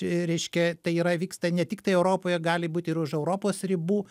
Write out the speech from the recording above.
reiškia tai yra vyksta ne tiktai europoje gali būti ir už europos ribų